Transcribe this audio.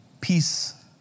Peace